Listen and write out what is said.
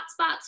hotspots